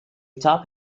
top